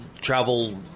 travel